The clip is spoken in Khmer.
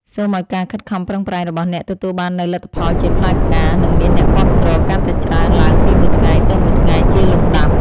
សូមឱ្យការខិតខំប្រឹងប្រែងរបស់អ្នកទទួលបាននូវលទ្ធផលជាផ្លែផ្កា និងមានអ្នកគាំទ្រកាន់តែច្រើនឡើងពីមួយថ្ងៃទៅមួយថ្ងៃជាលំដាប់។